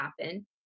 happen